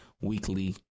weekly